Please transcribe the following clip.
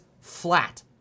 flat